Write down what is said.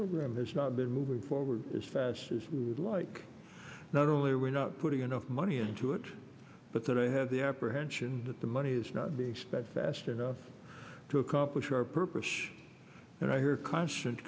program has not been moving forward as fast as we would like not only are we not putting enough money into it but that i have the apprehension that the money is not be expect fast enough to accomplish our purpose and i her constant